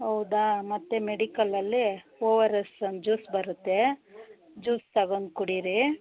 ಹೌದಾ ಮತ್ತು ಮೆಡಿಕಲಲ್ಲಿ ಒ ಆರ್ ಎಸ್ ಅಂತ ಜೂಸ್ ಬರುತ್ತೆ ಜೂಸ್ ತಗೊಂಡ್ ಕುಡೀರಿ